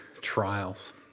trials